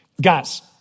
Guys